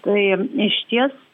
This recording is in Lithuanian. tai išties